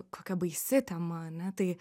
kokia baisi tema ane tai